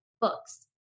books